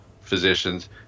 physicians